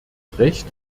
recht